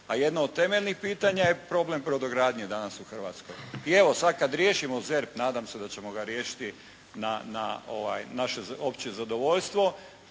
a jedno od temeljnih pitanja je problem brodogradnje danas u Hrvatskoj. Evo i sad kad riješimo ZERP, nadam se da ćemo ga riješiti na naše, opće zadovoljstvo